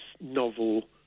novel